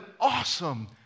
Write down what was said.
awesome